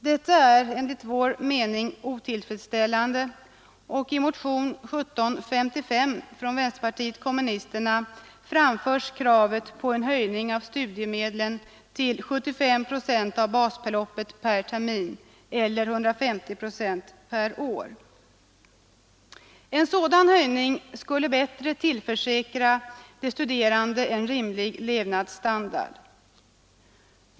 Detta är enligt vår mening otillfredsställande, och i motionen 1755 från vänsterpartiet kommunisterna framförs kravet på en höjning av studiemedlen till 75 procent av basbeloppet per termin eller 150 procent per år. En sådan höjning skulle bättre tillförsäkra de studerande en rimlig levnadsstandard.